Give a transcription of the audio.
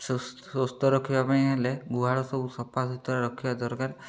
ସୁସ୍ଥ ରଖିବା ପାଇଁ ହେଲେ ଗୁହାଳ ସବୁ ସଫାସୁତୁରା ରଖିବା ଦରକାର